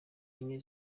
enye